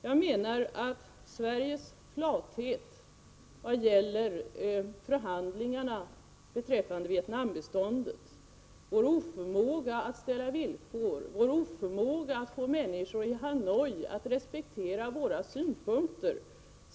Jag menar att Sverige har visat flathet i förhandlingarna beträffande Vietnambiståndet. Det är bara att konstatera vår oförmåga att ställa villkor och få människorna i Hanoi att respektera våra synpunkter.